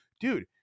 dude